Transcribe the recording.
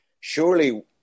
Surely